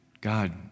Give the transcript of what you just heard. God